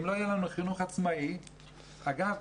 אגב,